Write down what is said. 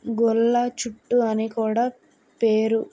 గొల్ల చుట్టూ అని కూడా పేరు